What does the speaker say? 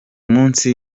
munsi